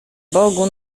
bogu